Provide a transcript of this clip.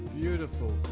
Beautiful